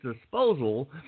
disposal